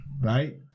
Right